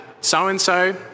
so-and-so